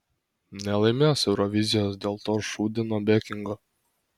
nelaimės eurovizijos dėl to šūdino bekingo